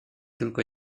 tylko